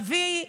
אבי,